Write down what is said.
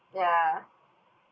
ya